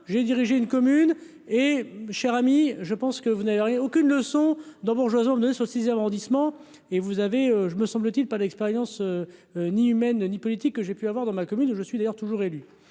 j'ai dirigé une commune et cher ami, je pense que vous n'avez aucune leçon d'embourgeoisement de au 6ème arrondissement et vous avez je me semble-t-il, pas d'expérience ni humaine ni politique que j'ai pu avoir dans ma commune, je suis d'ailleurs toujours élu